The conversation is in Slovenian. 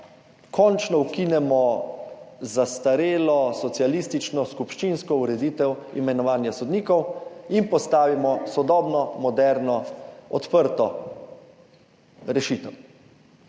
končno ukinemo zastarelo socialistično skupščinsko ureditev imenovanja sodnikov in postavimo sodobno, moderno, odprto rešitev.